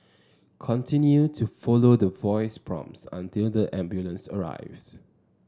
continue to follow the voice prompts until the ambulance arrives